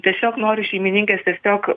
tiesiog noriu šeimininkes tiesiog